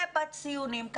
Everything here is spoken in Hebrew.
ובציונים,